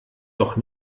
doch